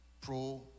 pro